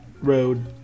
road